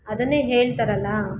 ಅದನ್ನೇ ಹೇಳ್ತಾರಲ್ಲ